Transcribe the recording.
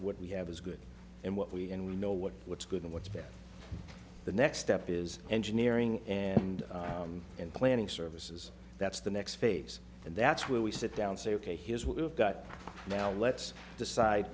t we have is good and what we and we know what what's good and what's bad the next step is engineering and and planning services that's the next phase and that's where we sit down say ok here's what we've got now let's decide